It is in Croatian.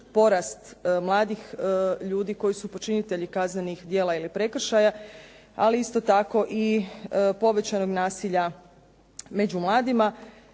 porast mladih ljudi koji su počinitelji kaznenih djela ili prekršaja, ali isto tako i povećanog nasilja među mladima,